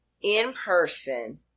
in-person